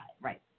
Right